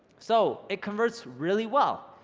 so, it converts really well,